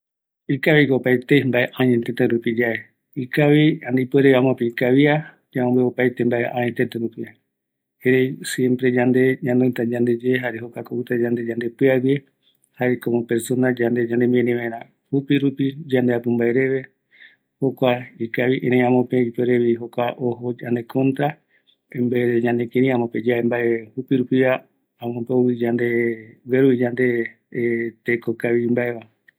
Ikaviyaeko opaete yae añetëtërupi, yandeapu nbae reve, oïme vaera ñanoï mboromboete, ereï amope mbaetɨvi ikavi, gueru yandeve ñemotärëï ambuaevagui, ereï yaiko tako jupirupi, yaikokavi nvaera